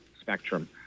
spectrum